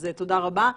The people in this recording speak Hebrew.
אז תודה רבה.